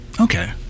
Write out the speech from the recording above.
Okay